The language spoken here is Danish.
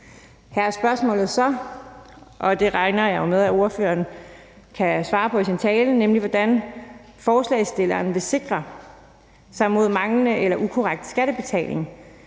Her er spørgsmålet så, og det regner jeg jo med at ordføreren for forslagsstillerne kan svare på i sin tale, hvordan forslagsstillerne vil sikre sig mod manglende eller ukorrekt skattebetaling,